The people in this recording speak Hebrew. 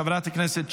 חברי הכנסת,